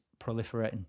proliferating